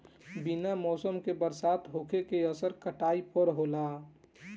बिना मौसम के बरसात होखे के असर काटई पर होला